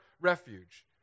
refuge